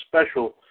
special